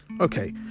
okay